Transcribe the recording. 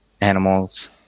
animals